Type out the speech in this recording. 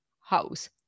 house